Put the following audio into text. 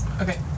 Okay